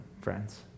friends